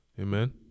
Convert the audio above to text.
Amen